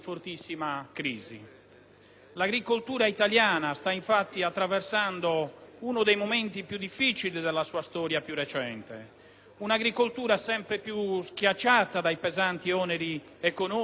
L'agricoltura italiana sta attraversando uno dei momenti più difficili della sua storia più recente, un'agricoltura sempre più schiacciata dai pesanti oneri economici dei fattori produttivi,